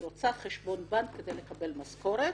היא רוצה חשבון בנק כדי לקבל משכורת,